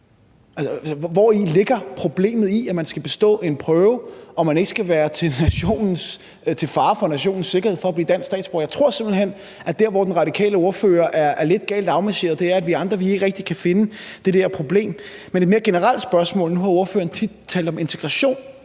Hvori ligger problemet i, at man skal bestå en prøve, og at man ikke skal være til fare for nationens sikkerhed for at blive dansk statsborger? Jeg tror simpelt hen, at der, hvor den radikale ordfører er lidt galt afmarcheret, er, at vi andre ikke rigtig kan finde det der problem. Men jeg har et mere generelt spørgsmål. Nu har ordføreren i løbet af de